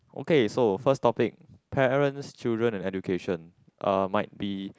okay so first topic parents children and education uh might be